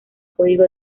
código